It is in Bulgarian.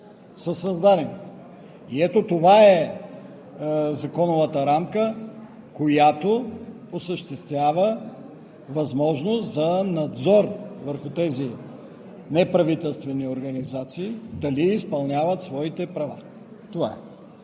са създадени. Ето това е законовата рамка, която осъществява възможност за надзор върху тези неправителствени организации дали изпълняват своите права. Това е.